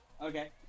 Okay